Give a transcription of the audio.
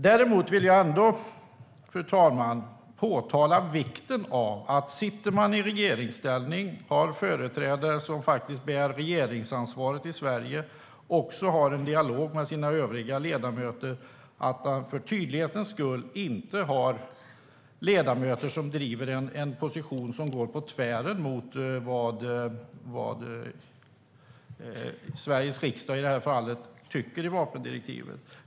Däremot, fru talman, vill jag peka på vikten av att man, om man sitter i regeringsställning och har företrädare som bär ett regeringsansvar i Sverige, har en dialog med sina övriga ledamöter och att man för tydlighets skull inte har ledamöter som driver en position som går på tvärs mot vad Sveriges riksdag, i det här fallet, tycker om vapendirektivet.